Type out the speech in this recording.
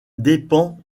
dépend